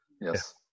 yes